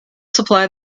supply